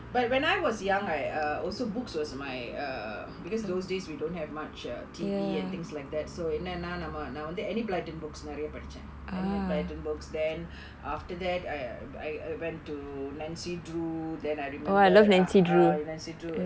but when I was young I err also books was my err because those days we don't have much uh T_V and things like that so என்னனா நம்ம நா வந்து:ennanaa namma naa vanthu enid blyton books நிறைய படிப்பேன்:niraiya padipaen enid blyton books then after that I I went to nancy drew then I remembered ah ah nancy drew